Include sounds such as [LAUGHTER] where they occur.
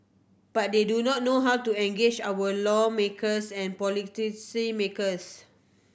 but they do not know how to engage our lawmakers and [UNINTELLIGIBLE] makers